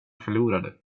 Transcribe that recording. förlorade